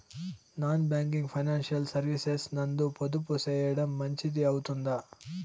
Non banking financial services నందు పొదుపు సేయడం మంచిది అవుతుందా?